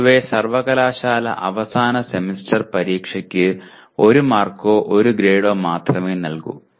പൊതുവെ സർവകലാശാല അവസാന സെമസ്റ്റർ പരീക്ഷയ്ക്ക് ഒരു മാർക്കോ ഒരു ഗ്രേഡോ മാത്രമേ നൽകൂ